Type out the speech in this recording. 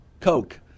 Coke